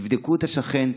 תבדקו את השכן,